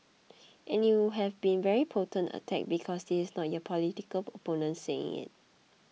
and it would have been very potent attack because this is not your political opponent saying it